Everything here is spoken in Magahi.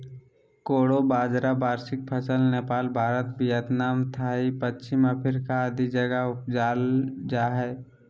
कोडो बाजरा वार्षिक फसल नेपाल, भारत, वियतनाम, थाईलैंड, पश्चिम अफ्रीका आदि जगह उपजाल जा हइ